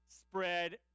spread